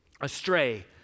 astray